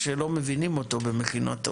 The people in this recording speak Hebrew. שמנו כבר השנה בבסיס,